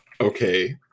okay